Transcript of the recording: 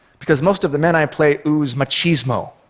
because most of the men i play ooze machismo,